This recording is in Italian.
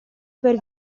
per